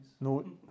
No